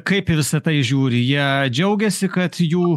kaip į visą tai žiūri į ją džiaugiasi kad jų